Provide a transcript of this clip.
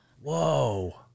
Whoa